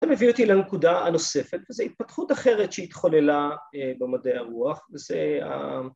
‫אתה מביא אותי לנקודה הנוספת, ‫זו התפתחות אחרת שהתחוללה במדעי הרוח, ‫וזה...